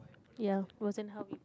ya wasn't how we